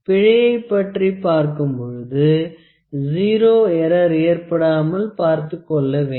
பிழையை பற்றி பார்க்கும் பொழுது ஸிரோ எற்றர் ஏற்படாமல் பார்த்துக் கொள்ள வேண்டும்